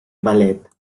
ballet